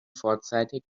vorzeitig